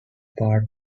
part